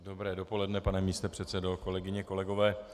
Dobré dopoledne, pane místopředsedo, kolegyně, kolegové.